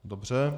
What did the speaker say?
Dobře.